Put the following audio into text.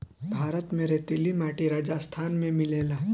भारत में रेतीली माटी राजस्थान में मिलेला